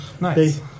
Nice